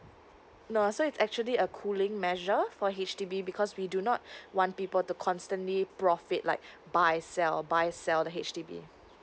no so it's actually a cooling measure for H_D_B because we do not want people to constantly profit like buy sell by sell the H_D_B